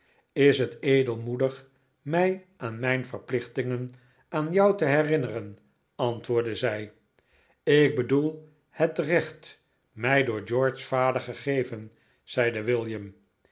is het edelmoedig mij aan mijn verplichtingen aan jou te herinneren antwoordde zij ik bedoel het recht mij door george's vader gegeven zeide william